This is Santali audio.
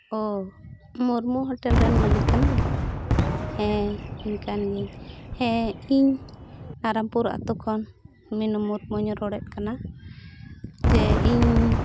ᱚ ᱢᱩᱨᱢᱩ ᱦᱳᱴᱮᱞ ᱨᱮᱱ ᱢᱟᱹᱞᱤᱠ ᱠᱟᱱᱟᱢ ᱦᱮᱸ ᱤᱧ ᱠᱟᱱ ᱜᱤᱭᱟᱹᱧ ᱦᱮᱸ ᱤᱧ ᱱᱟᱨᱟᱱᱯᱩᱨ ᱟᱹᱛᱩ ᱠᱷᱚᱱ ᱢᱤᱱᱩ ᱢᱩᱨᱢᱩᱧ ᱨᱚᱲᱮᱫ ᱠᱟᱱᱟ ᱡᱮ ᱤᱧ